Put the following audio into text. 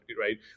right